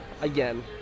again